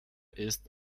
ist